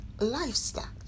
livestock